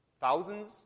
thousands